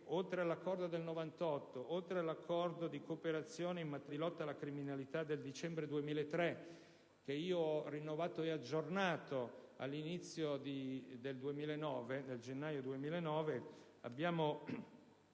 oltre all'accordo del 1998 e all'accordo di cooperazione in materia di lotta alla criminalità del dicembre 2003, che ho rinnovato e aggiornato nel gennaio 2009, abbiamo